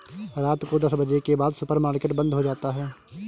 रात को दस बजे के बाद सुपर मार्केट बंद हो जाता है